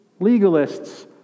legalists